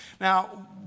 Now